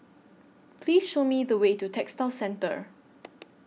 Please Show Me The Way to Textile Centre